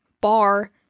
bar